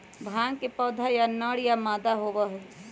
भांग के पौधा या नर या मादा होबा हई